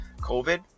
COVID